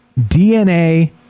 DNA